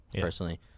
personally